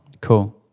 Cool